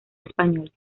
español